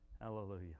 Hallelujah